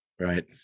Right